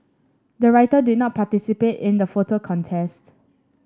the writer did not participate in the photo contest